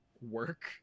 work